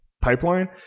pipeline